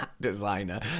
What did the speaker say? designer